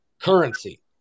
currency